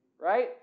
right